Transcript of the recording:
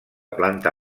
planta